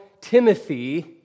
Timothy